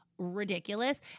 ridiculous